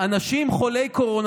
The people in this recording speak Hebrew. אנשים חולי קורונה,